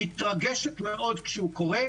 מתרגשת מאוד כשהוא קורה.